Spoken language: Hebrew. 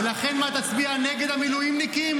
ולכן מה, תצביע נגד המילואימניקים?